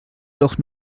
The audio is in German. doch